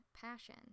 passion